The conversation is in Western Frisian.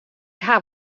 haw